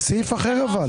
אבל זה סעיף אחר.